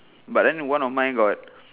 but then one of mine got